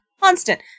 constant